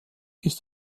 ist